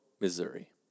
Missouri